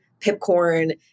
Pipcorn